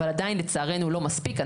אבל עדיין לצערנו לא מספיק.